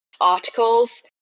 articles